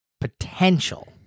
potential